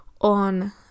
on